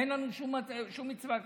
אין לנו שום מצווה כזאת.